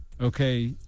okay